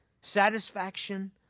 satisfaction